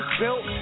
built